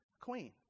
Queen